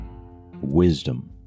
wisdom